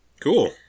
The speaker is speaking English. cool